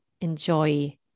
enjoy